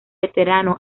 veterano